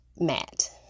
mat